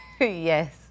Yes